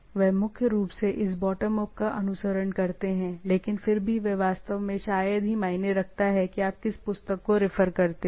वे मुख्य रूप से इस बॉटम अप का अनुसरण करते हैं लेकिन फिर भी यह वास्तव में शायद ही मायने रखता है कि आप किस पुस्तक रेफर करते हैं